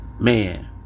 Man